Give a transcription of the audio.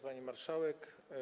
Pani Marszałek!